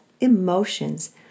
emotions